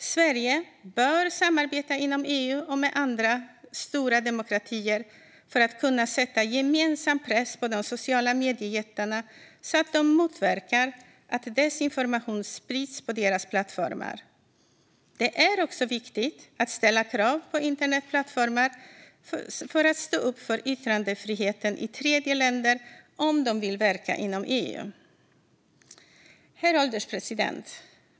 Sverige bör samarbeta inom EU och med andra stora demokratier för att kunna sätta gemensam press på de sociala mediejättarna så att de motverkar att desinformation sprids på deras plattformar. Det är också viktigt att ställa krav på internetplattformar att stå upp för yttrandefriheten i tredjeländer om de vill verka inom EU. Herr ålderspresident!